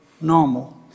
normal